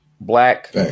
Black